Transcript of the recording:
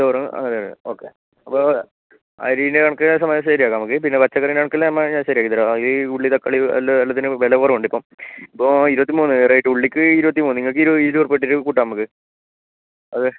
ചോറ് അങ്ങനത്തെ ഒക്കെ ഓക്കെ അപ്പോൾ അരീൻ്റെ കണക്ക് ഏകദേശം മനസ്സിലായില്ലേ നമുക്ക് പിന്നെ പച്ചക്കറീൻ്റെ കണക്കെല്ലാം നമ്മൾ ശരിയാക്കി തരാം അത് ഈ ഉള്ളി തക്കാളി എല്ലാ എല്ലാത്തിനും വില കുറവുണ്ട് ഇപ്പം ഇപ്പോൾ ഇരുപത്തിമൂന്ന് റേറ്റ് ഉള്ളിക്ക് ഇരുപത്തിമൂന്ന് നിങ്ങൾക്ക് ഇരുപത് റുപ്യ ഇട്ടിട്ട് കൂട്ടാം നമുക്ക് അതെ